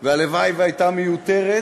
הלוואי שהייתה מיותרת